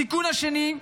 התיקון השני,